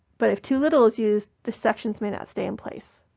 but if too little is used, the sections may not stay in place.